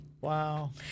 Wow